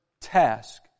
task